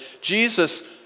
Jesus